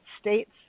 States